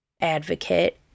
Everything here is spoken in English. advocate